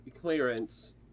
clearance